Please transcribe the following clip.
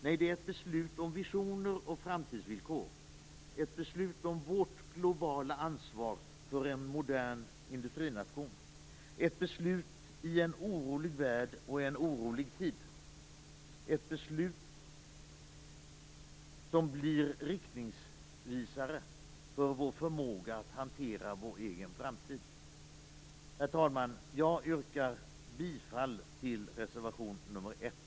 Nej, det är ett beslut om visioner och framtidsvillkor, ett beslut om vårt globala ansvar som en modern industrination, ett beslut i en orolig värld och i en orolig tid, ett beslut som blir riktningsvisare för vår förmåga att hantera vår egen framtid. Herr talman! Jag yrkar bifall till reservation nr 1.